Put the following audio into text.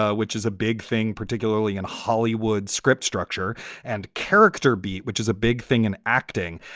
ah which is a big thing, particularly in hollywood, script structure and character beat, which is a big thing in acting,